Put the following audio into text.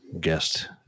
guest